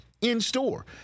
in-store